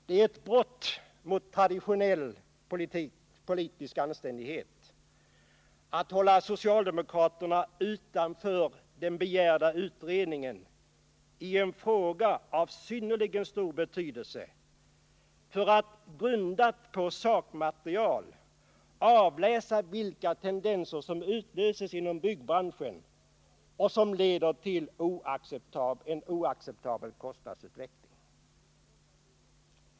Det är ett brott mot traditionell politisk anständighet att hålla socialdemokraterna utanför den begärda utredningen i en fråga av synnerligen stor betydelse för att — med begärt sakmaterial som grund — avläsa vilka tendenser som utlöses inom byggbranschen och leder till en oacceptabel kostnadsutveckling.